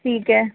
ٹھیک ہے